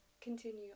continue